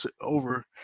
over